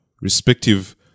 Respective